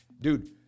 Dude